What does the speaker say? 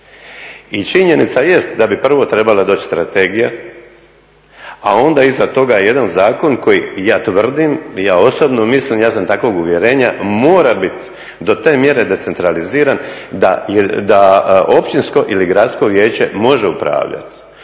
I činjenica jest da bi prvo trebala doći strategija, a onda iza toga jedan zakon koji ja tvrdim i ja osobno mislim i ja sam takvog uvjerenja, mora biti do te mjere decentraliziran da općinsko ili gradsko vijeće može upravljati